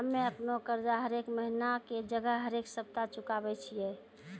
हम्मे अपनो कर्जा हरेक महिना के जगह हरेक सप्ताह चुकाबै छियै